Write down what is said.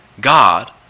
God